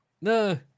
No